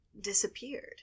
disappeared